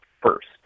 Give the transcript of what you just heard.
first